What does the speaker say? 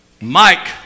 Mike